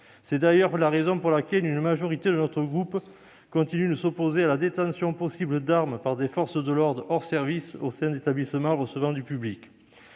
C'est d'ailleurs la raison pour laquelle une majorité du groupe du RDSE continue de s'opposer à la détention possible d'armes par des forces de l'ordre hors service au sein d'établissements recevant du public.